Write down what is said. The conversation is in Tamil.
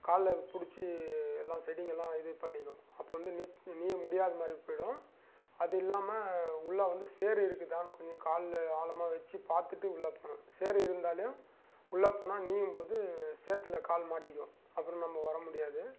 காலில் பிடிச்சி எல்லாம் செடிங்களெலாம் இது பண்ணிக்கும் அப்போ வந்து நீ நீய முடியாத மாதிரி போய்விடும் அது இல்லாமல் உள்ளே வந்து சேறு இருக்குதா கொஞ்சம் காலில் ஆழமாக வச்சு பார்த்துட்டு உள்ளே போகணும் சேறு இருந்தாலே உள்ளே போனால் நீயும் போது சேற்றுல கால் மாட்டிக்கும் அப்புறம் நம்ம வர முடியாது